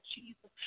Jesus